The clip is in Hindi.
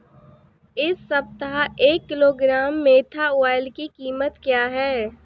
इस सप्ताह एक किलोग्राम मेन्था ऑइल की कीमत क्या है?